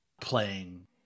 playing